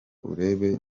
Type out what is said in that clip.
urebe